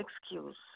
excuse